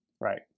Right